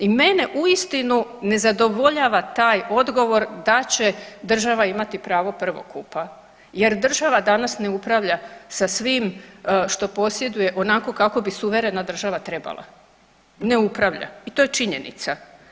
I mene uistinu ne zadovoljava taj odgovor da će država imati pravo prvokupa, jer država danas ne upravlja sa svim što posjeduje onako kako bi suverena država trebala ne upravlja i to je činjenica.